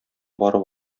барып